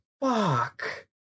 fuck